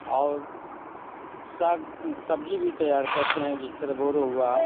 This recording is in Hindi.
और साग सब्जी भी तयार करते हैं जिस तरह बोड़ो हुआ